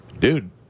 Dude